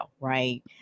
right